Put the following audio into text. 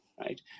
right